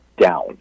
down